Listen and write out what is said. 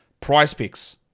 PricePix